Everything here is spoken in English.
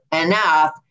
enough